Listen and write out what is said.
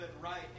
right